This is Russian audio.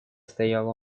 стоял